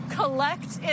collect